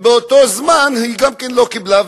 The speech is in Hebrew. באותו זמן היא גם לא קיבלה,